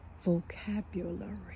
vocabulary